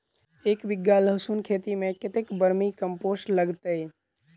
एक बीघा लहसून खेती मे कतेक बर्मी कम्पोस्ट लागतै?